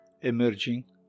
emerging